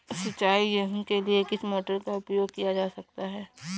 गेहूँ सिंचाई के लिए किस मोटर का उपयोग किया जा सकता है?